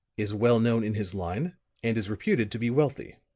is well known in his line and is reputed to be wealthy.